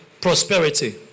Prosperity